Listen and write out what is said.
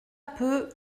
peu